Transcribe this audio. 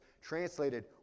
translated